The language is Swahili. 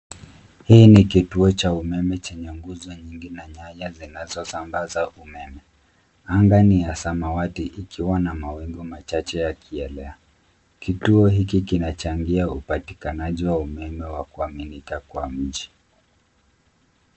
Hii ni kituo cha umeme chenye nguzo nyingi na nyaya zinazosambaza umeme. Anga ni ya samawati ikiwa na mawingu machache yakielea. Kituo hiki kinachangia upatikanaji wa umeme wa kuaminika kwa mji.